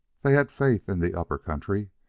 they had faith in the upper country,